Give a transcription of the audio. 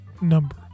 number